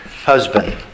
husband